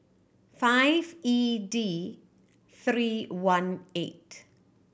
five E D three one eight